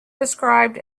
described